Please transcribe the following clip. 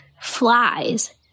flies